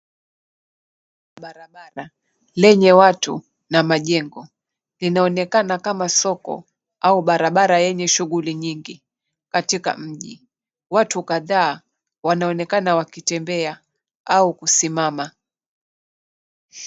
Barabara lenye watu na majengo, linaonekana kama soko au barabara yenye shughuli nyingi katika mji. Watu kadhaa wanaoekana wakitembea au kusimama.